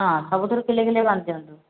ହଁ ସବୁଥିରୁ କିଲେ କିଲେ ବାନ୍ଧି ଦିଅନ୍ତୁ